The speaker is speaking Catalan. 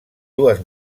dues